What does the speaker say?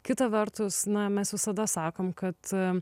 kita vertus na mes visada sakom kad